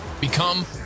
Become